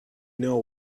know